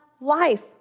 life